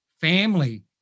family